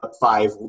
Five